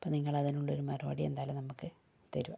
അപ്പം നിങ്ങള് അതിനുള്ളൊരു മറുപടി എന്തായാലും നമുക്ക് തരിക